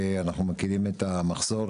אנחנו מכירים את המחסור.